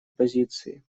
позиции